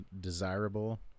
desirable